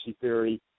theory